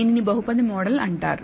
దీనిని బహుపది మోడల్ అంటారు